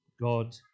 God